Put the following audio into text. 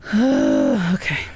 Okay